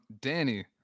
Danny